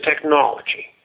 technology